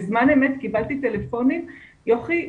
בזמן אמת קיבלתי טלפונים 'יוכי,